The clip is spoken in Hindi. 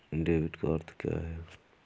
डेबिट का अर्थ क्या है?